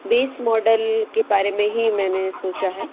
base model के बारे में ही मैंने सोचा है